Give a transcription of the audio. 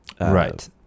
Right